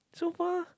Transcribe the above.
so far